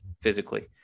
physically